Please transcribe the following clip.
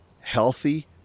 healthy